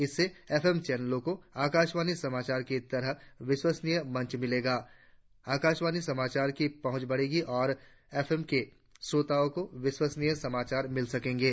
इससे एफएम चैनलों को आकाशवाणी समाचार की तरह विश्वसनीय मंच मिलेगा आकाशवाणी समाचारों की पहुंच बढ़ेगी और एफएम के श्रोताओं को विश्वसनीय समाचार मिल सकेंगे